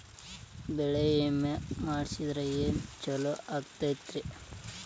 ಬೆಳಿ ವಿಮೆ ಮಾಡಿಸಿದ್ರ ಏನ್ ಛಲೋ ಆಕತ್ರಿ?